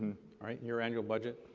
all right, and your annual budget?